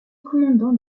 commandant